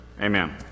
Amen